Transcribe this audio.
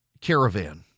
caravan